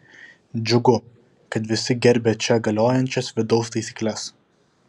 džiugu kad visi gerbia čia galiojančias vidaus taisykles